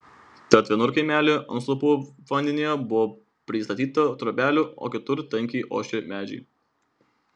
tad vienur kaimelyje ant stulpų vandenyje buvo pristatyta trobelių o kitur tankiai ošė medžiai